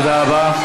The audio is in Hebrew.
תודה רבה.